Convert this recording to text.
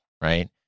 right